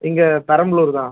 இங்கே பெரம்பலூர் தான்